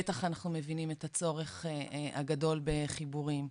בטח אנחנו מבינים את הצורך הגדול בחיבורים.